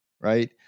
right